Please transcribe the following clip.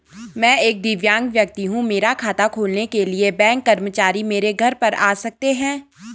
मैं एक दिव्यांग व्यक्ति हूँ मेरा खाता खोलने के लिए बैंक कर्मचारी मेरे घर पर आ सकते हैं?